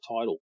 Title